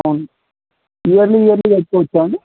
అవును yearly yearly కట్టుకోవచ్చా అండి